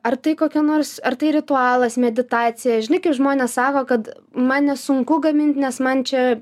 ar tai kokia nors ar tai ritualas meditacija žinai kai žmonės sako kad man nesunku gamint nes man čia